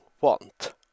want